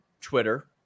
Twitter